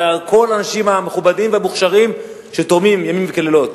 מכל האנשים המכובדים והמוכשרים שתורמים ימים ולילות?